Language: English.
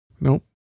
Nope